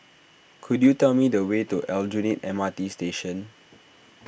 could you tell me the way to Aljunied M R T Station